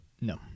No